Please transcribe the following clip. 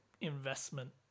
investment